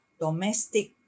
domestic